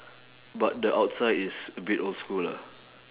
but the outside is a bit old school lah